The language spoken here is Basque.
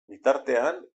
bitartean